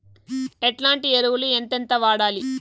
ఎట్లాంటి ఎరువులు ఎంతెంత వాడాలి?